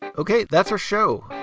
ok. that's our show.